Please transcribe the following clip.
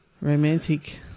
romantic